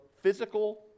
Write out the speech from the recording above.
physical